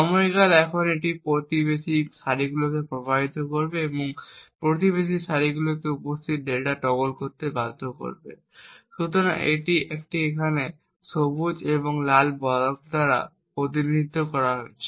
সময়কাল এখন এটি প্রতিবেশী সারিগুলিকে প্রভাবিত করবে এবং প্রতিবেশী সারিগুলিতে উপস্থিত ডেটা টগল করতে বাধ্য করবে। সুতরাং এটি এখানে এই সবুজ এবং লাল ব্লক দ্বারা প্রতিনিধিত্ব করা হয়েছে